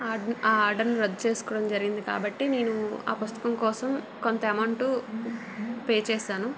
ఆ ఆర్డరుని రద్దు చేసుకోవడం జరిగింది కాబట్టి నేను ఆ పుస్తకం కోసం కొంత అమౌంటు పే చేసాను